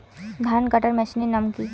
ধান কাটার মেশিনের নাম কি?